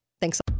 thanks